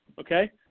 okay